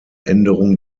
änderung